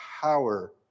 power